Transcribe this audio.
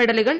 മെഡലുകൾ